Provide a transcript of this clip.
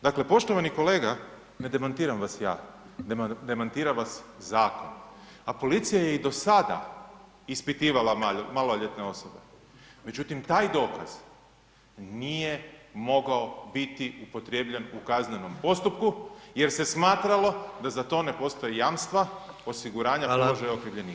Dakle poštovani kolega, ne demantiram vas ja, demantira vas zakon a policija je i do sada ispitivala maloljetne osobe međutim taj dokaz nije mogao biti upotrebljen u kaznenom postupku jer se smatralo da za to ne postoje jamstva osiguranja ... položaja okrivljenika.